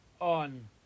on